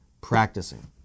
practicing